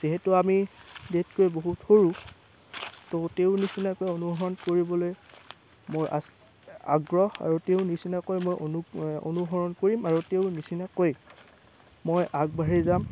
যিহেতু আমি তেওঁতকৈ বহুত সৰু তো তেওঁৰ নিচিনাকৈ অনুসৰণ কৰিবলৈ মোৰ আগ্ৰহ আৰু তেওঁ নিচিনাকৈ মই অনু অনুসৰণ কৰিম আৰু তেওঁৰ নিচিনাকৈ মই আগবাঢ়ি যাম